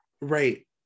right